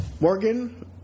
Morgan